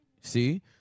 see